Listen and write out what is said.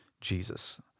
Jesus